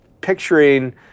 picturing